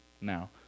now